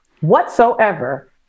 whatsoever